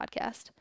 podcast